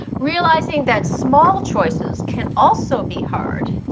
realizing that small choices can also be hard,